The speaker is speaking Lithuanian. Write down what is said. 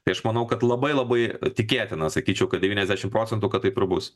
tai aš manau kad labai labai tikėtina sakyčiau kad devyniasdešim procentų kad taip ir bus